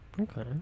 Okay